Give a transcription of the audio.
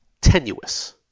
tenuous